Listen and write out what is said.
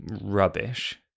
rubbish